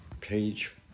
Page